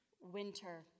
Winter